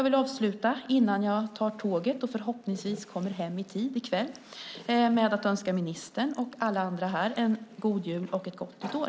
Innan jag tar tåget och förhoppningsvis kommer hem i tid i kväll vill jag önska ministern och alla andra en god jul och ett gott nytt år.